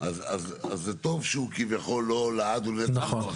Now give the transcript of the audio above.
אז זה טוב שהוא כביכול לא לעד או לנצח.